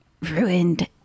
ruined